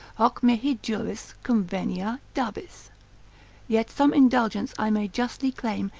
hoc mihi juris cum venia, dabis yet some indulgence i may justly claim,